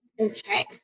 okay